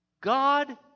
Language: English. God